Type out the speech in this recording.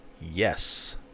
Yes